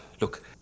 look